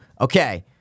okay